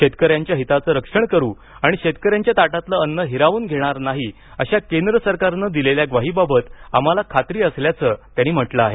शेतकऱ्यांच्या हिताचं रक्षण करू आणि शेतकऱ्यांच्या ताटातलं अन्न हिरावून घेणार नाही अशा केंद्र सरकारनं दिलेल्या ग्वाहीबाबत आम्हाला खात्री असल्याचं त्यांनी म्हटलं आहे